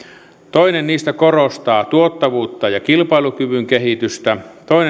toinen niistä korostaa tuottavuutta ja kilpailukyvyn kehitystä toinen